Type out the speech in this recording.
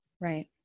Right